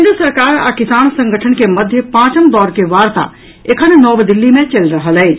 केंद्र सरकार आ किसान संगठन के मध्य पाचम दौर के वार्ता एखन नव दिल्ली मे चलि रहल अछि